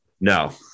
No